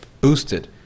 boosted